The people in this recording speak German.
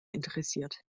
interessiert